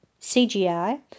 CGI